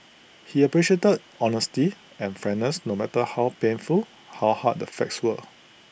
he appreciated honesty and frankness no matter how painful how hard the facts were